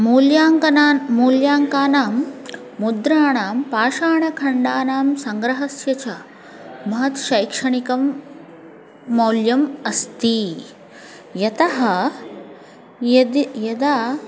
मूल्याङ्कानां मूल्याङ्कानां मुद्राणां पाषाणखण्डानां सङ्ग्रहस्य च महत्शैक्षणिकं मौल्यम् अस्ति यतः यदि यदा